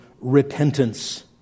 repentance